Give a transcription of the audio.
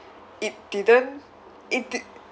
it didn't it did